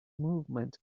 movement